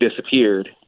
disappeared